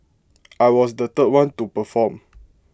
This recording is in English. I was the third one to perform